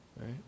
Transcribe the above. right